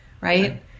Right